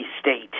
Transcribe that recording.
State